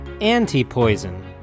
anti-poison